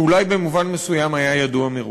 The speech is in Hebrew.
שאולי במובן מסוים היה ידוע מראש.